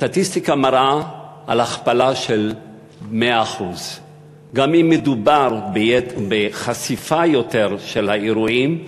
הסטטיסטיקה מראה על הכפלה של 100%. גם אם מדובר ביותר חשיפה של האירועים,